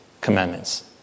commandments